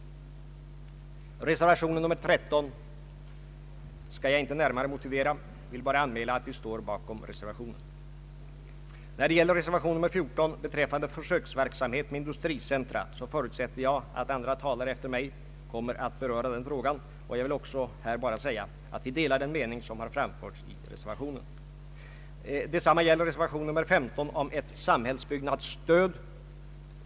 Reservation 13 skall jag inte närma Ang. regionalpolitiken re motivera utan vill bara anmäla att vi står bakom reservationen. Beträffande reservation 14 rörande försöksverksamhet med industricentra förutsätter jag att andra talare efter mig kommer att beröra den frågan. Jag vill också här bara säga, att vi delar den mening som har framförts i reservationen. Detsamma gäller reservation 15 om ett samhällsbyggnadsstöd.